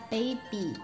Baby